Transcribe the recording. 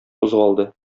кузгалды